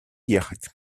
ехать